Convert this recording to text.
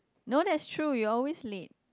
no that is true you always late